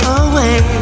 away